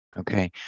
Okay